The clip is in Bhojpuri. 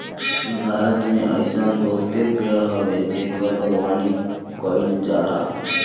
भारत में अइसन बहुते पेड़ हवे जेकर बागवानी कईल जाला